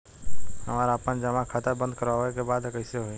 हमरा आपन जमा खाता बंद करवावे के बा त कैसे होई?